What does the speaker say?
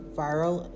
viral